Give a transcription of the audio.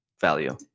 value